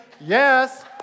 Yes